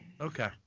Okay